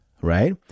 right